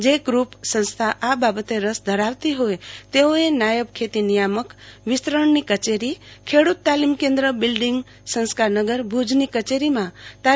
જે ગૃપ્સ સંસ્થા આ બાબતે રસ ધરાવતી હોય તેઓએ નાયબ ખેતી નિયામક વિસ્તરણ ની કચેરી ખેડૂત તાલીમ કેન્દ્ર બિલ્ડીંગ સંસ્કાર નગર ભુજની કચેરીમાંથી તા